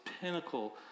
pinnacle